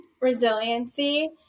resiliency